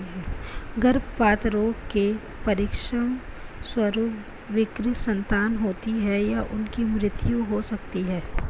गर्भपात रोग के परिणामस्वरूप विकृत संतान होती है या उनकी मृत्यु हो सकती है